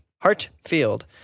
Hartfield